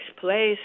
place